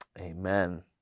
amen